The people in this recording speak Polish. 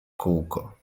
kółko